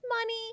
money